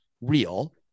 real